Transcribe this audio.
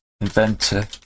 Inventor